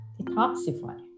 Detoxify